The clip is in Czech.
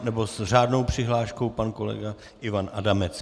Nebo s řádnou přihláškou pan kolega Ivan Adamec.